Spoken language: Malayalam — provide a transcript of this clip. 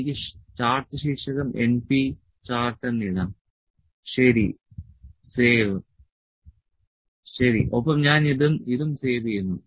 എനിക്ക് ചാർട്ട് ശീർഷകം np ചാർട്ട് എന്ന് ഇടാം ശരി സേവ് ശരി ഒപ്പം ഞാൻ ഇതും സേവ് ചെയ്യുന്നു